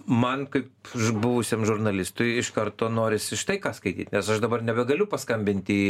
man kaip buvusiam žurnalistui iš karto norisi štai ką skaityt nes aš dabar nebegaliu paskambinti į